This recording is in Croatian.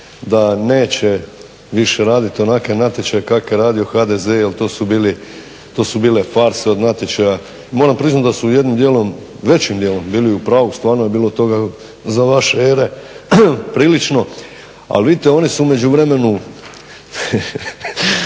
da neće više raditi onake natječaje kake je radio HDZ jer to su bile farse od natječaja. Moram priznat da su jednim dijelom, većim dijelom bili u pravu. Stvarno je bilo toga za vaše ere prilično, ali vidite oni su u međuvremenu